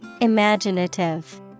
Imaginative